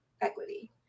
equity